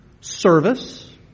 service